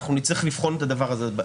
שאנחנו נצטרך לבחון את הדבר הזה.